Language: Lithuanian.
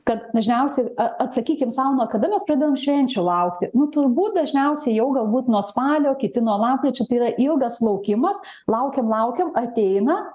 kad dažniausiai a atsakykim sau nuo kada mes pradėjom švenčių laukti nu turbūt dažniausiai jau galbūt nuo spalio kiti nuo lapkričio tai yra ilgas laukimas laukiam laukiam ateina